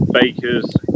bakers